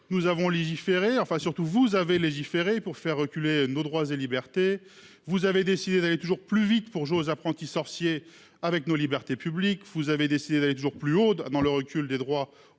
Nous avons légiféré enfin surtout vous avez légiférer pour faire reculer nos droits et libertés. Vous avez décidé d'aller toujours plus vite pour jouer aux apprentis sorciers avec nos libertés publiques vous avez décidé d'aller toujours plus haut dans le recul des droits